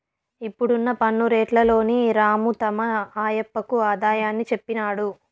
ఇప్పుడున్న పన్ను రేట్లలోని రాము తమ ఆయప్పకు ఆదాయాన్ని చెప్పినాడు